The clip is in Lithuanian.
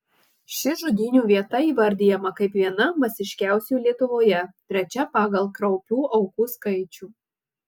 ši žudynių vieta įvardijama kaip viena masiškiausių lietuvoje trečia pagal kraupių aukų skaičių